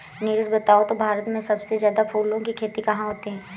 नीरज बताओ तो भारत में सबसे ज्यादा फूलों की खेती कहां होती है?